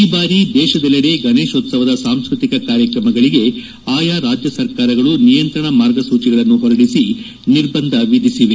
ಈ ಬಾರಿ ದೇಶದೆಲ್ಲಡೆ ಗಣೇಶೋತ್ಸವದ ಸಾಂಸ್ಕೃತಿಕ ಕಾರ್ಯಕ್ರಮಗಳಿಗೆ ಆಯಾ ರಾಜ್ಯ ಸರ್ಕಾರಗಳು ನಿಯಂತ್ರಣ ಮಾರ್ಗಸೂಚಿಗಳನ್ನು ಹೊರಡಿಸಿ ನಿರ್ಬಂಧ ವಿಧಿಸಿದೆ